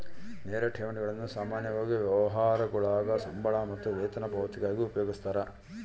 ನೇರ ಠೇವಣಿಗಳನ್ನು ಸಾಮಾನ್ಯವಾಗಿ ವ್ಯವಹಾರಗುಳಾಗ ಸಂಬಳ ಮತ್ತು ವೇತನ ಪಾವತಿಗಾಗಿ ಉಪಯೋಗಿಸ್ತರ